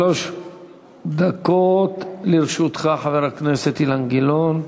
שלוש דקות לרשותך, חבר הכנסת אילן גילאון.